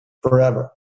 forever